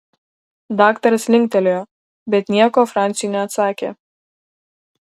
daktaras linktelėjo bet nieko franciui neatsakė